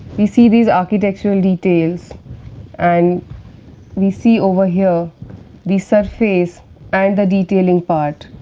we see these architectural details and we see over here the surface and the detailing part